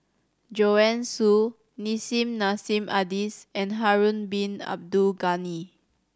Joanne Soo Nissim Nassim Adis and Harun Bin Abdul Ghani